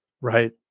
Right